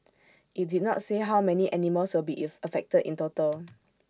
IT did not say how many animals will be affected in total